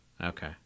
Okay